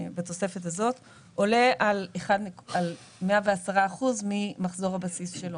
בתוספת הזאת עולה על 110 אחוזים ממחזור הבסיס שלו.